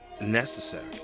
necessary